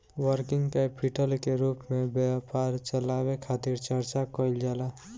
working capital के रूप में व्यापार चलावे खातिर चर्चा कईल जाला